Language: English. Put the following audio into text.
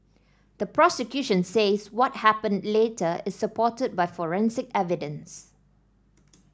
the prosecution says what happened later is supported by forensic evidence